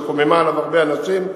שקוממה עליו הרבה אנשים.